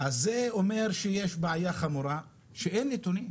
אז זה אומר שיש בעיה חמורה שאין נתונים.